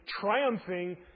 triumphing